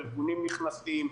איפה הארגונים נכנסים.